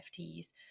NFTs